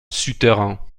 souterrain